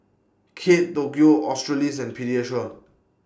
Kate Tokyo Australis and Pediasure